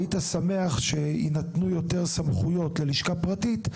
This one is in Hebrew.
היית שמח שיינתנו יותר סמכויות ללשכה פרטית,